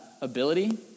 ability